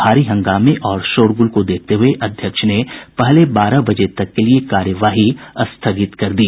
भारी हंगामे और शोरगूल को देखते हुए अध्यक्ष ने पहले बारह बजे तक के लिए कार्यवाही स्थगित कर दी